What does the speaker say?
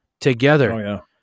together